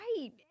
Right